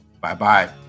bye-bye